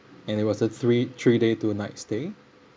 and it was a three three day two nights stay